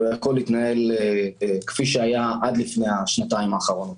והכול יתנהל כפי שהיה עד לפני השנתיים האחרונות.